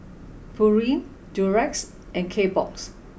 Pureen Durex and Kbox